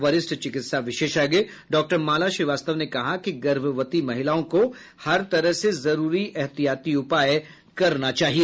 वरिष्ठ चिकित्सा विशेषज्ञ डाक्टर माला श्रीवास्तव ने कहा कि गर्भवती महिलाओं को हर तरह से जरूरी ऐहतियाती उपाय करना चाहिए